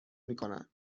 میکنن